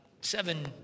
seven